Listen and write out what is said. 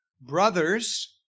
Brothers